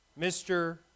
Mr